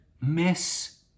miss